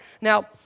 Now